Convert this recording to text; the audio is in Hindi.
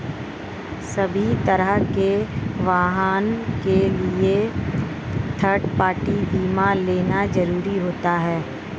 सभी तरह के वाहन के लिए थर्ड पार्टी बीमा लेना जरुरी होता है